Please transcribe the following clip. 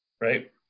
right